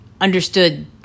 understood